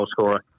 goalscorer